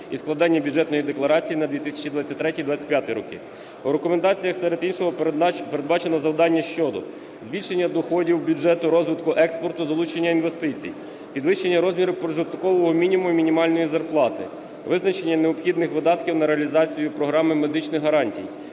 і складання Бюджетної декларації на 2023-2025 роки. У рекомендаціях, серед іншого, передбачено завдання щодо: збільшення доходів бюджету розвитку експорту, залучення інвестицій; підвищення розміру прожиткового мінімуму і мінімальної зарплати; визначення необхідних видатків на реалізацію програми медичних гарантій;